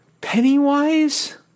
Pennywise